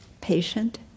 patient